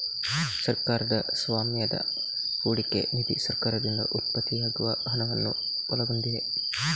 ಸರ್ಕಾರದ ಸ್ವಾಮ್ಯದ ಹೂಡಿಕೆ ನಿಧಿ ಸರ್ಕಾರದಿಂದ ಉತ್ಪತ್ತಿಯಾಗುವ ಹಣವನ್ನು ಒಳಗೊಂಡಿದೆ